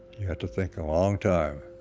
you had to think a long time